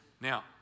Now